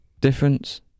difference